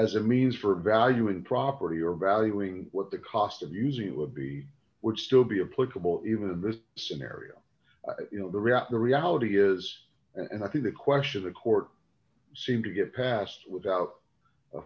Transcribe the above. as a means for valuing property or valuing what the cost of using it would be would still be a political even in this scenario you know the real the reality is and i think the question of the court seem to get past without